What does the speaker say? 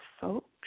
folks